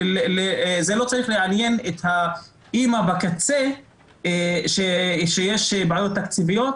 לעניין את האימא בקצה שיש בעיות תקציביות.